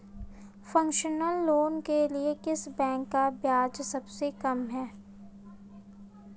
Personal loan के लिए किस बैंक का ब्याज सबसे कम है?